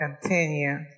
continue